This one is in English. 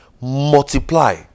multiply